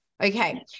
Okay